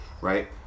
Right